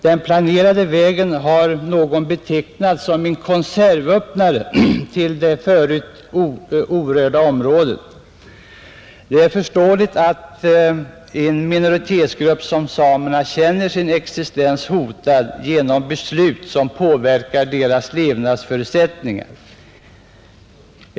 Den planerade vägen har någon betecknat som konservöppnare till det förut orörda området. Det är förståeligt att en minoritetsgrupp som samerna känner sin existens hotad genom beslut som påverkar deras levnadsförutsättningar.